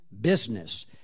business